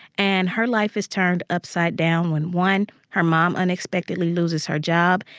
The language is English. and her life is turned upside down when, one, her mom unexpectedly loses her job,